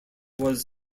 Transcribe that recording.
was